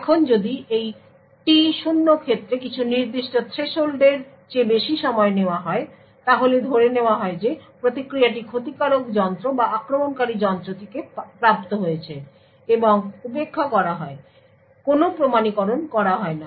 এখন যদি এই T0 ক্ষেত্রে কিছু নির্দিষ্ট থ্রেশহোল্ডের চেয়ে বেশি সময় নেওয়া হয় তাহলে ধরে নেওয়া হয় যে প্রতিক্রিয়াটি ক্ষতিকারক যন্ত্র বা আক্রমণকারী যন্ত্র থেকে প্রাপ্ত হয়েছে এবং উপেক্ষা করা হয় এবং কোনো প্রমাণীকরণ করা হয় না